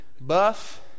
buff